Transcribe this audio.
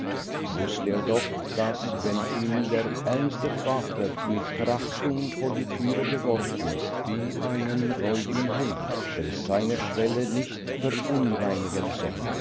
wußte er doch daß wenn ihn der ernste vater mit verachtung vor die türe geworfen wie einen räudigen hund der seine schwelle nicht verunreinigen soll